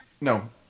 No